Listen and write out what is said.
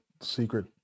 secret